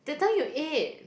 that time you ate